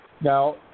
Now